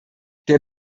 der